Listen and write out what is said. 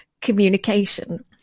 communication